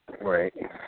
Right